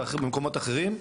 ובמקומות אחרים,